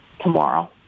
tomorrow